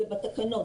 זה בתקנון.